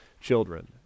children